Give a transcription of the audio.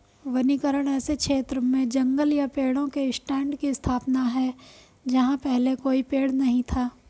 वनीकरण ऐसे क्षेत्र में जंगल या पेड़ों के स्टैंड की स्थापना है जहां पहले कोई पेड़ नहीं था